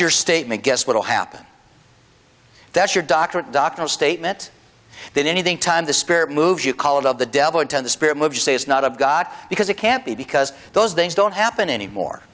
your statement guess what will happen that's your doctrine doctrine statement that anything time the spirit moves you call it of the devil and the spirit moves you say it's not of god because it can't be because those things don't happen anymore